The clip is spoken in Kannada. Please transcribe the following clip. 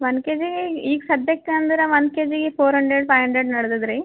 ಒನ್ ಕೆಜಿ ಈಗ ಸದ್ಯಕ್ಕೆ ಅಂದ್ರೆ ಒನ್ ಕೆಜಿಗೆ ಫೋರ್ ಅಂಡ್ರೆಡ್ ಫೈವ್ ಅಂಡ್ರೆಡ್ ನಡ್ದದೆ ರೀ